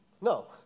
No